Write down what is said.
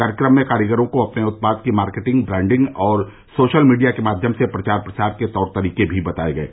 कार्यक्रम में कारीगरो को अपने उत्पाद की मार्केटिंग ब्राण्डिंग और सोशल मीडिया के माध्यम से प्रचार प्रसार के तौर तरीके भी बताए गये